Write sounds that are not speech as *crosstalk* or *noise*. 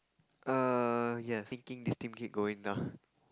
err yes thinking this thing keep going *breath*